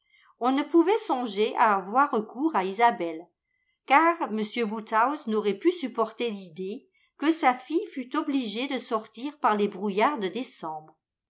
on ne pouvait songer à avoir recours à isabelle car m woodhouse n'aurait pu supporter l'idée que sa fille fût obligée de sortir par les brouillards de décembre